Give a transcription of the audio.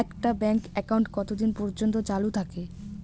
একটা bank account কতদিন পর্যন্ত চালু থাকে?